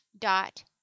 dot